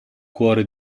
cuore